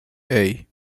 hey